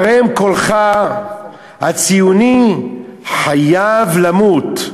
הרם קולך, הציוני חייב למות,